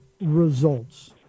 results